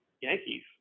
Yankees